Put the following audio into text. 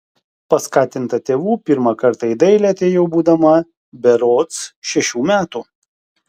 paskatinta tėvų pirmą kartą į dailę atėjau būdama berods šešių metų